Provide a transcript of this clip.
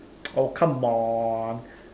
oh come on